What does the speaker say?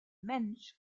mensch